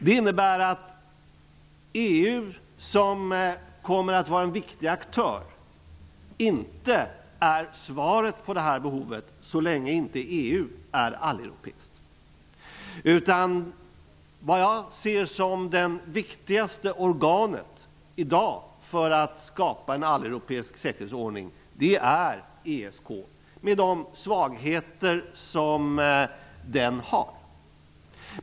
Det innebär att EU, som kommer att vara en viktig aktör, inte är svaret på detta behov så länge EU inte är alleuropeiskt. Det viktigaste organet i dag för att skapa en alleuropeisk säkerhetsordning är ESK med de svagheter som detta organ har.